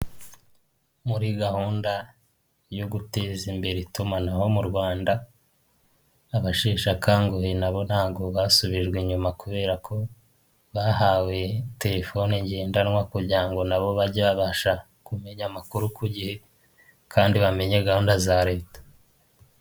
Muri gahunda yo guteza imbere itumanaho mu Rwanda, abasheshe akanguhe na bo ntago basubijwe inyuma kubera ko bahawe telefoni ngendanwa kugira ngo na bo bajye babasha kumenya amakuru ku gihe, kandi bamenye gahunda za leta.